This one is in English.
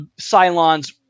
cylons